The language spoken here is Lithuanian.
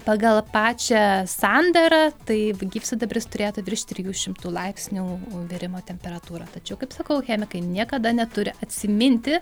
pagal pačią sandarą tai gyvsidabris turėtų virš trijų šimtų laipsnių virimo temperatūrą tačiau kaip sakau chemikai niekada neturi atsiminti